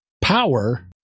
power